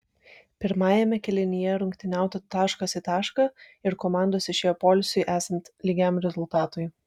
pirmajame kėlinyje rungtyniauta taškas į tašką ir komandos išėjo poilsiui esant lygiam rezultatui